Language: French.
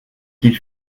qu’il